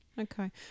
okay